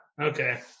Okay